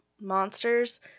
monsters